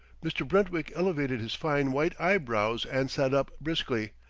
mr. brentwick elevated his fine white eyebrows and sat up briskly.